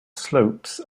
slopes